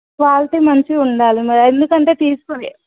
quality మంచిగుండాలి మరి ఎందుకంటే తీసుకుంది